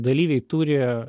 dalyviai turi